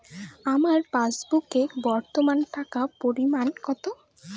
আমার পাসবুকে বর্তমান টাকার পরিমাণ কত?